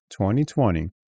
2020